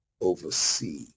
oversee